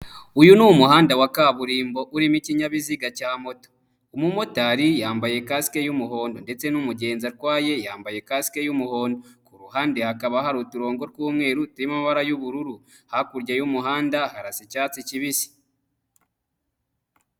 Uyu ni umuhanda wa kaburimbo urimo ikinyabiziga cya moto. Umumotari yambaye kasike y'umuhondo ndetse n'umugenzi atwaye yambaye kasike y'umuhondo. Kuruhande hakaba hari uturongo tw'umweru turimo amabara y'ubururu. Hakurya y'umuhanda harasa icyatsi kibisi.